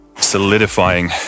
solidifying